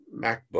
MacBook